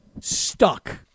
stuck